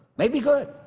may be good.